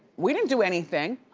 we didn't do anything.